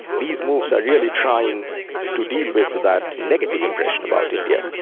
these moves are really trying to deal with that negative impression about india.